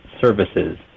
Services